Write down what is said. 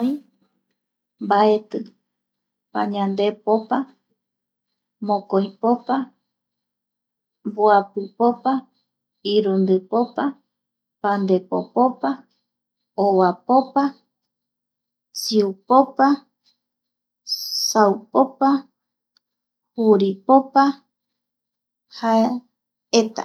Mbaeti, pañandepopa, mokoipoapa, mboapipopa irundipopa, pandepopoa, ovapopa, siupopa, saupopa, juripopa, eta